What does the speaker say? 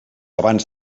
abans